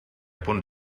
punt